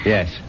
Yes